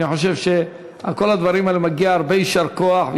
אני חושב שעל כל הדברים האלה מגיע הרבה יישר כוח,